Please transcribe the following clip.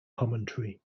commentary